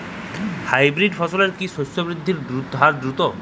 Hybrid ফসলের কি শস্য বৃদ্ধির হার দ্রুত?